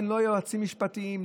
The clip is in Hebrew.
אין לא יועצים משפטיים,